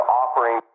offering